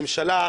ממשלה,